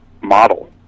model